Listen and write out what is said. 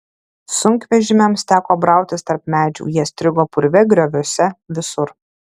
sunkvežimiams teko brautis tarp medžių jie strigo purve grioviuose visur